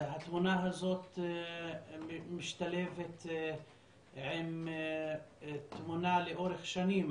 התמונה הזאת משתלבת עם תמונה לאורך שנים.